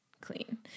clean